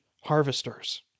harvesters